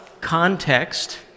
context